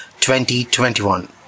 2021